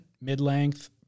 mid-length